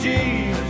Jesus